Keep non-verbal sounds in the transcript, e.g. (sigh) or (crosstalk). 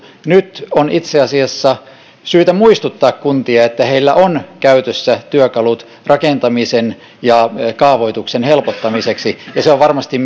nyt on itse asiassa syytä muistuttaa kuntia että heillä on käytössä työkalut rakentamisen ja kaavoituksen helpottamiseksi ja se on varmasti (unintelligible)